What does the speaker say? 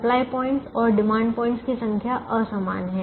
supply points और demand points की संख्या असमान है